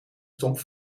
stonk